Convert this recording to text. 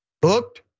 Booked